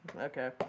Okay